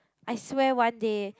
I swear one day